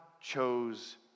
chose